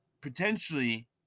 potentially